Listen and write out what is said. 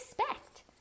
expect